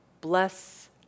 Bless